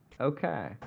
okay